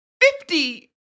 Fifty